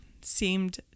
seemed